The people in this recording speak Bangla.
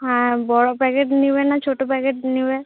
হ্যাঁ বড় প্যাকেট নিবে না ছোট প্যাকেট নিবে